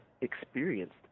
experienced